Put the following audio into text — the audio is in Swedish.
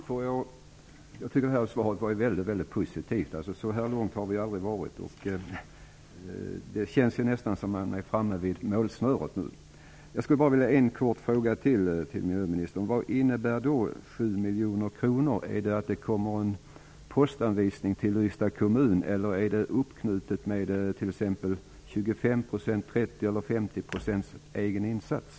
Fru talman! Jag tycker att det här svaret var mycket positivt. Så här långt har vi aldrig kommit förr. Det känns nästan som om vi är framme vid målsnöret nu. Jag skulle bara vilja ställa en fråga till miljöministern. Vad innebär sju miljoner kronor? Innebär det att det kommer en postanvisning till Ystads kommun eller är det uppknutet med t.ex. 25, 30 eller 50 % egen insats?